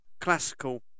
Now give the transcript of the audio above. classical